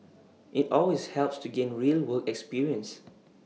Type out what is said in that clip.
IT always helps to gain real work experience